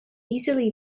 easily